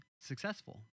successful